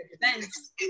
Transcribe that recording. events